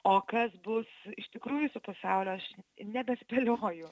o kas bus iš tikrųjų su pasauliu aš nebespėlioju